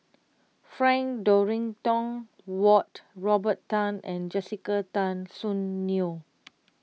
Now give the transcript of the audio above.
Frank Dorrington Ward Robert Tan and Jessica Tan Soon Neo